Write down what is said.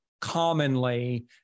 commonly